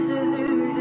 Jésus